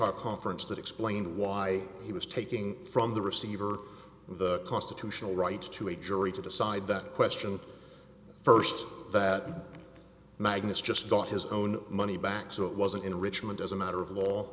e conference that explained why he was taking from the receiver the constitutional rights to a jury to decide that question first that magnus just bought his own money back so it wasn't enrichment as a matter of law